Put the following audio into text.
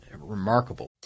remarkable